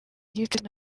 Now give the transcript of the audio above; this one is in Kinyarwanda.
gicuti